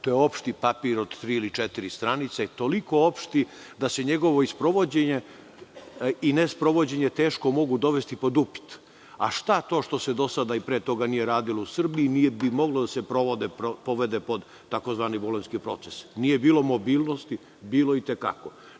to je opšti papir od tri ili četiri stranice. Toliko opšti da se njegovo sprovođenje i ne sprovođenje teško mogu dovesti pod upit. Šta je to što se dosada nije radilo u Srbiji, što nije moglo da se povede pod tzv. Bolonjski proces? Nije bilo mobilnosti? Bilo je i te kako.